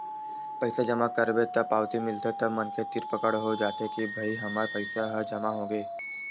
पइसा जमा करबे त पावती मिलथे तब मनखे तीर पकड़ हो जाथे के भई हमर पइसा ह जमा होगे